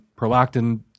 prolactin